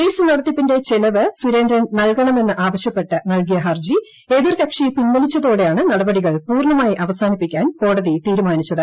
case നടത്തിപ്പിന്റെ ചെലവ് സുരേന്ദ്രൻ നൽകണമെന്ന് ആവശ്യപ്പെട്ട നൽകിയ ഹർജി എതിർകക്ഷി പിൻവലിച്ചതോടെയാണ് നടപടികൾ പൂർണമായി അവസാനിപ്പിക്കാൻ കോടതി തീരുമാനിച്ചത്